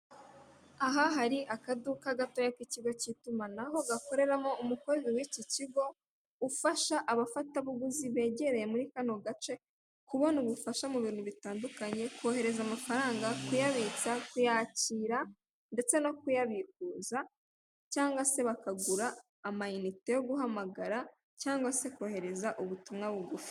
Aha hari akaduka gatoya k'ikigo k'itumanaho, gakoreramo umukozi w'iki kigo ufasha abafatabuguzi begereye muri kano gace, kubona ubufasha mu bintu bitandukanye, kohereza amafaranga, kuyabitsa, kuyakira ndetse no kuyabikuza cyangwa se bakagura amayinite yo guhamagara cyangwa se kohereza ubutumwa bugufi.